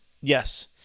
yes